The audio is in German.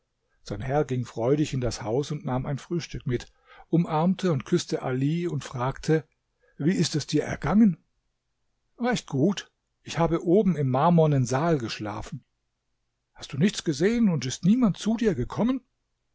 sein herr ging freudig in das haus und nahm ein frühstück mit umarmte und küßte ali und fragte wie ist es dir gegangen recht gut ich habe oben im marmornen saal geschlafen hast du nichts gesehen und ist niemand zu dir gekommen